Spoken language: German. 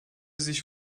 sich